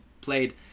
played